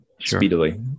speedily